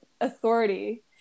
authority